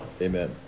Amen